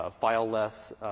file-less